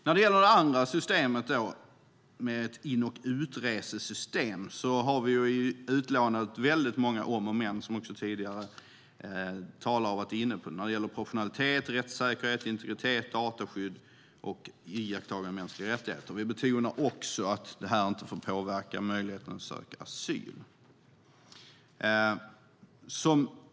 När det gäller det andra förslaget med ett in och utresesystem har vi många "om" och "men" som tidigare talare också varit inne på. Det gäller proportionalitet, rättssäkerhet, integritet, dataskydd och iakttagande av mänskliga rättigheter. Vi betonar också att detta inte få påverka möjligheten att söka asyl.